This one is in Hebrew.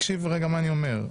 תקשיב מה אני אומר.